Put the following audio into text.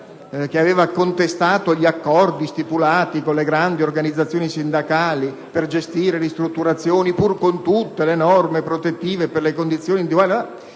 che aveva contestato gli accordi stipulati con le grandi organizzazioni sindacali per gestire ristrutturazioni (pur con tutte le norme protettive per le condizioni individuali),